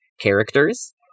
characters